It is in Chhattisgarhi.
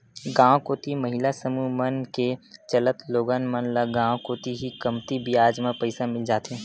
गांव कोती महिला समूह मन के चलत लोगन मन ल गांव कोती ही कमती बियाज म पइसा मिल जाथे